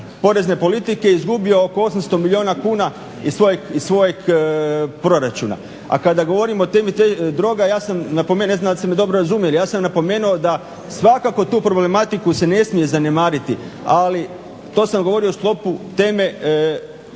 porezne politike izgubio oko 800 milijuna kuna iz svojeg proračuna. A kada govorimo o temi droga ja sam napomenu, ne znam da li ste me dobro razumjeli, ja sam napomenuo da svakako tu problematiku se ne smije zanemariti, ali to sam govorio u sklopu teme o